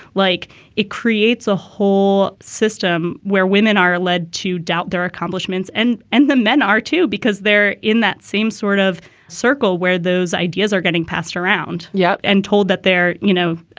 like it creates a whole system where women are led to doubt their accomplishments. and and the men are, too, because they're in that same sort of circle where those ideas are getting passed around. yeah and told that there, you know,